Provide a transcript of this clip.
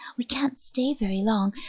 we can't stay very long,